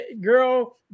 girl